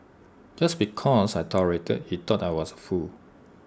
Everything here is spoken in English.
just because I tolerated he thought I was A fool